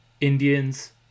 Indians